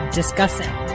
discussing